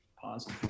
pause